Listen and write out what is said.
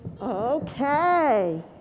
Okay